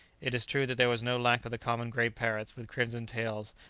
it is true that there was no lack of the common grey parrots with crimson tails,